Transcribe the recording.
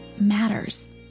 matters